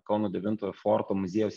kauno devintojo forto muziejaus